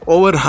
Over